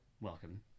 welcome